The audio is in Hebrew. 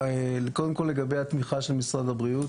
קודם כל לגבי התמיכה של משרד הבריאות